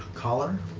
collar?